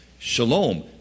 Shalom